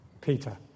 Peter